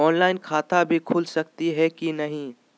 Online खाता भी खुल सकली है कि नही?